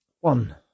One